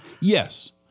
Yes